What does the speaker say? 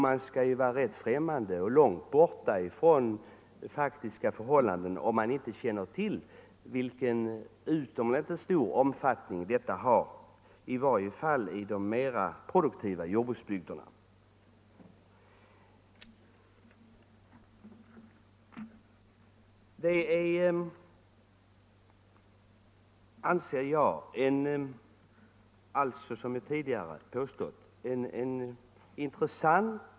Man måste vara rätt främmande för faktiska förhållanden om man inte känner till vilken utomordentligt stor omfattning denna samverkan har i varje fall i de mer produktiva jordbruksbygderna.